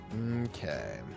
Okay